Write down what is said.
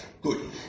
Good